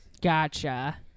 gotcha